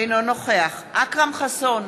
אינו נוכח אכרם חסון,